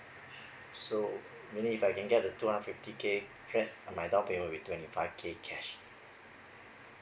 so maybe if I can get the two hundred fifty K then and my down payment will be twenty five K cash